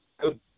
good